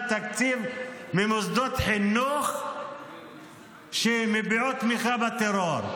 תקציב ממוסדות חינוך שמביעות תמיכה בטרור,